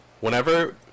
Whenever